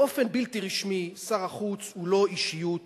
באופן בלתי רשמי שר החוץ הוא לא אישיות